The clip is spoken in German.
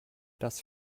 das